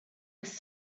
was